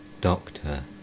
Doctor